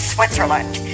Switzerland